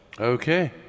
Okay